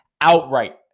outright